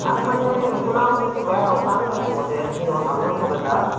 টান মানে শুনা মতেদি বেয়া টানি ল'ব গটেই সেই নহয় ভাল নহয় খুব এটা